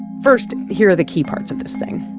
first, here are the key parts of this thing.